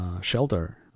shelter